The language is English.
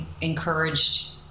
encouraged